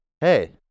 hey